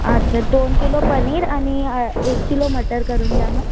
अच्छा दोन किलो पनीर आणि एक किलो मटर करून द्या मग